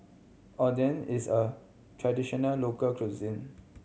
oden is a traditional local cuisine